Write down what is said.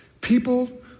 People